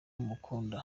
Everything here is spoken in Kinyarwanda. mukunda